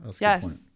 Yes